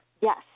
Yes